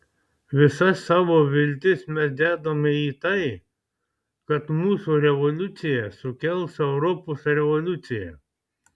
visas savo viltis mes dedame į tai kad mūsų revoliucija sukels europos revoliuciją